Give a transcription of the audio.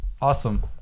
awesome